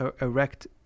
erect